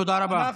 תודה רבה.